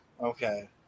Okay